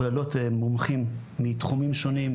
כוללות מומחים מתחומים שונים,